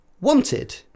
wanted